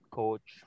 coach